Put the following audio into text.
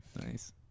Nice